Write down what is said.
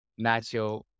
Nacho